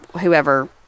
whoever